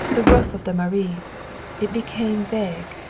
the roof of the mairie it became vague,